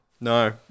No